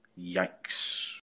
Yikes